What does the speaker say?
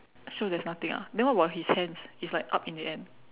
so there's nothing ah then what about his hands it's like up in the end